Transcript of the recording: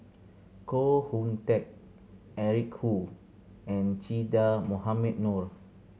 Koh Hoon Teck Eric Khoo and Che Dah Mohamed Noor